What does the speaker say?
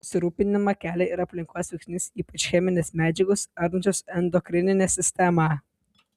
susirūpinimą kelia ir aplinkos veiksnys ypač cheminės medžiagos ardančios endokrininę sistemą